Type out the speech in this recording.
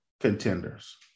contenders